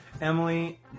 Emily